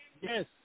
yes